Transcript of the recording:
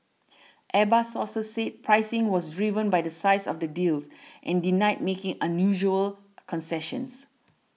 airbus sources said pricing was driven by the size of the deals and denied making unusual concessions